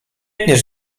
tkniesz